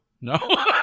No